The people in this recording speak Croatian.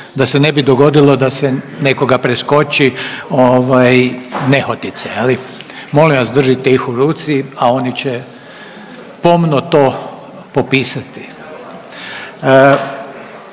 da se ne bi dogodilo da se nekoga preskoči ovaj nehotice je li, molim vas držite ih u ruci, a oni će pomno to popisati.